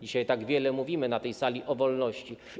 Dzisiaj tak wiele mówimy na tej sali o wolności.